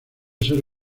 ser